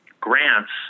grants